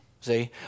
See